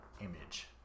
image